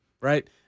right